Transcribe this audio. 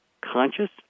conscious